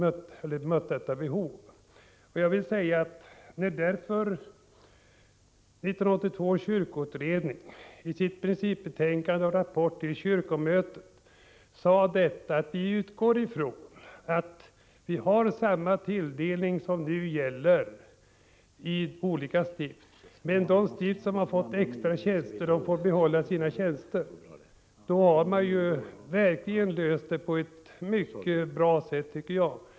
1982 års kyrkoutredning sade i sitt principbetänkande och rapporten till kyrkomötet att man utgår från den tilldelning som nu gäller för olika stift men att de stift som har fått extra tjänster får behålla dem. Därmed har problemen lösts på ett mycket bra sätt.